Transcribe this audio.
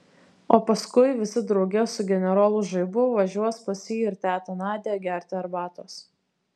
o paskui visi drauge su generolu žaibu važiuos pas jį ir tetą nadią gerti arbatos